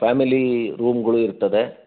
family ರೂಮ್ಗಳು ಇರ್ತದೆ